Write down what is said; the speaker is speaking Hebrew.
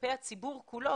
כלפי הציבור כולו,